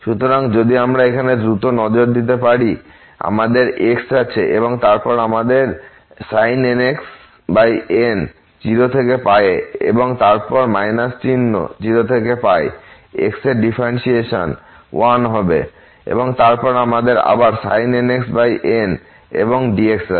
সুতরাং যদি আমরা এখানে দ্রুত নজর দিতে পারি আমাদের x আছে এবং তারপর আমাদের sin nx n 0 থেকে এ এবং তারপর চিহ্ন 0 থেকে x এর ডিফারেন্টশিয়েশন 1 হবে এবং তারপর আমাদের আবার sin nx n এবং dx আছে